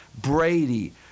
Brady